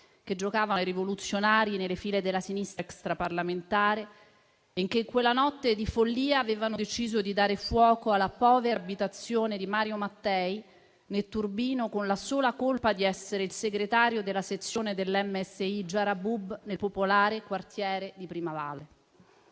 che giocavano ai rivoluzionari nelle file della sinistra extraparlamentare e che in quella notte di follia avevano deciso di dare fuoco alla povera abitazione di Mario Mattei, netturbino, con la sola colpa di essere il segretario della sezione del MSI Giarabub nel popolare quartiere di Primavalle.